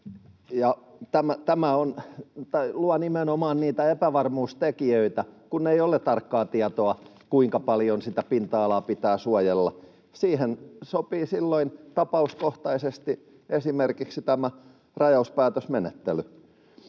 Tämä luo nimenomaan niitä epävarmuustekijöitä, kun ei ole tarkkaa tietoa, kuinka paljon sitä pinta-alaa pitää suojella. Siihen sopii silloin tapauskohtaisesti esimerkiksi tämä rajauspäätösmenettely.